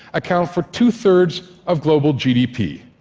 account for two thirds of global gdp.